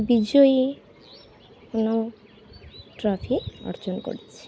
বিজয়ী এবং ট্রফি অর্জন করছি